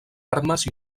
armes